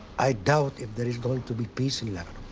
i? doubt if there is going to be peace eleven,